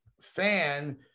fan